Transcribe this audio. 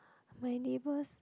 my neighbours